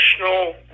National